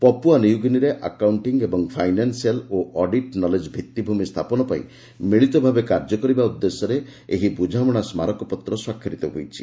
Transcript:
Papua New ଗିନିରେ accounting ଏବଂ financial ଓ ଅଡିଟ୍ ନଲେଜ୍ ଭିଭିଭୂମି ସ୍ଥାପନ ପାଇଁ ମିଳିତ ଭାବେ କାର୍ଯ୍ୟ କରିବା ଉଦ୍ଦେଶ୍ୟରେ ଏହି ବୁଝାମଣା ସ୍ମାରକପତ୍ର ସ୍ୱାକ୍ଷରିତ ହୋଇଛି